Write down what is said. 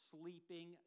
sleeping